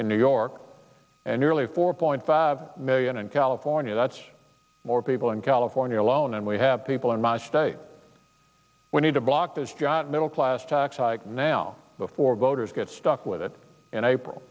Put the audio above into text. in new york and nearly four point five million in california that's more people in california alone and we have people in my state we need to block this middle class tax hike now before voters get stuck with it